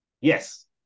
Yes